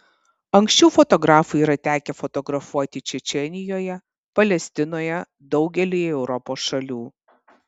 anksčiau fotografui yra tekę fotografuoti čečėnijoje palestinoje daugelyje europos šalių